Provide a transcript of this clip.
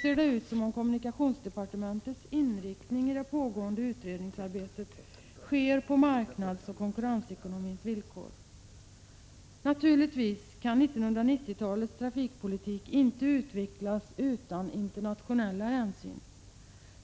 ser det ut som om kommunikationsdepartementets inriktning i det pågående utredningsarbetet blir att följa marknadsoch konkurrensekonomins villkor. Naturligtvis kan 1990-talets trafikpolitik inte utvecklas utan internationella hänsyn.